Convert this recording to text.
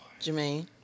Jermaine